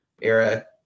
era